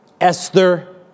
Esther